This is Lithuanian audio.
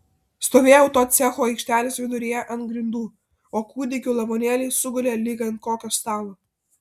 stovėjau to cecho aikštelės viduryje ant grindų o kūdikių lavonėliai sugulė lyg ant kokio stalo